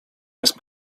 jest